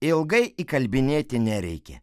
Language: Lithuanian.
ilgai įkalbinėti nereikia